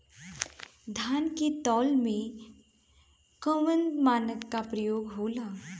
धान के तौल में कवन मानक के प्रयोग हो ला?